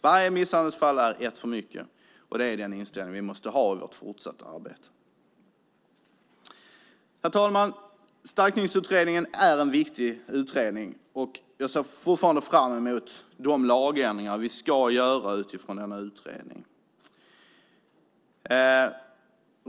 Varje misshandelsfall är ett för mycket och det är den inställning som vi måste ha i vårt fortsatta arbete. Herr talman! Stalkningsutredningen är en viktig utredning och jag ser fortfarande fram emot de lagändringar som vi ska göra utifrån denna utredning.